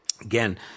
Again